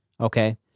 Okay